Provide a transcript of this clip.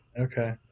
Okay